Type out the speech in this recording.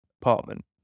apartment